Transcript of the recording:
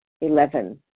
eleven